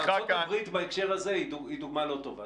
ארצות הברית בהקשר הזה היא דוגמה לא טובה.